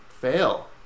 fail